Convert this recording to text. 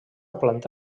planta